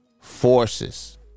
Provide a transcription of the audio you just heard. forces